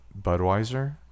Budweiser